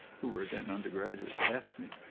who were then undergraduates asked me.